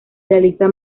realiza